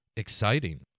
exciting